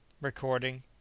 Recording